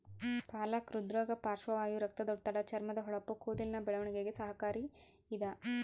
ಪಾಲಕ ಹೃದ್ರೋಗ ಪಾರ್ಶ್ವವಾಯು ರಕ್ತದೊತ್ತಡ ಚರ್ಮದ ಹೊಳಪು ಕೂದಲಿನ ಬೆಳವಣಿಗೆಗೆ ಸಹಕಾರಿ ಇದ